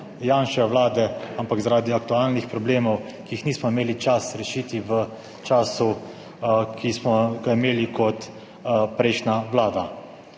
Janševe Vlade, ampak zaradi aktualnih problemov, ki jih nismo imeli čas rešiti v času, ki smo ga imeli kot prejšnja vlada.